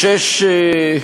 בשש